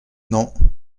non